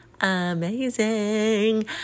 amazing